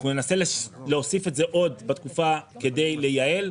אנחנו ננסה להוסיף את זה עוד בתקופה כדי לייעל.